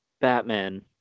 Batman